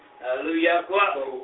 Hallelujah